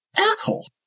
Asshole